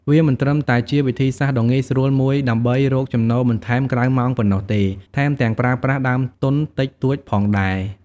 វាមិនត្រឹមតែជាវិធីសាស្ត្រដ៏ងាយស្រួលមួយដើម្បីរកចំណូលបន្ថែមក្រៅម៉ោងប៉ុណ្ណោះទេ ថែមទាំងប្រើប្រាស់ដើមទុនតិចតួចផងដែរ។